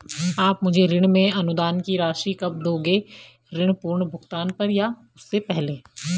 आप मुझे ऋण में अनुदान की राशि कब दोगे ऋण पूर्ण भुगतान पर या उससे पहले?